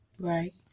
Right